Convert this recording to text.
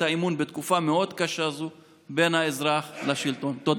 האמון בין האזרח לשלטון בתקופה מאוד קשה זו.